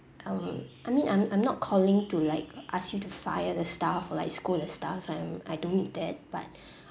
um I mean I'm I'm not calling to like ask you to fire the staff or like scold the staff I'm I don't need that but